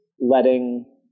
letting